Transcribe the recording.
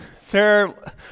Sarah